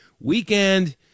weekend